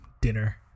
dinner